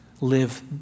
live